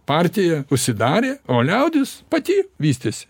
partija užsidarė o liaudis pati vystės